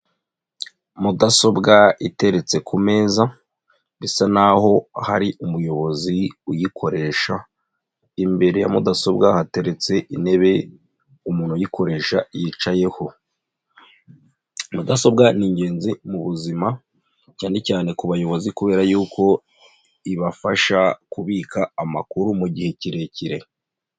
Mudasobwa iteretse ku meza bisa naho hari umuyobozi uyikoresha, imbere ya mudasobwa hateretse intebe umuntu uyikoresha yicayeho, mudasobwa ni igenzi mubuzima cyane cyane ku bayobozi kubera yuko ibafasha kubika amakuru mugihe kirekire.